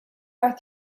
are